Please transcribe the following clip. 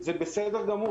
זה בסדר גמור.